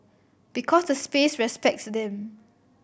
because the space respects them